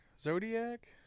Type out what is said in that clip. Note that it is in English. zodiac